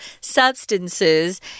substances